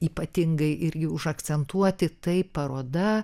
ypatingai irgi užakcentuoti tai paroda